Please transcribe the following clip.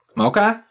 okay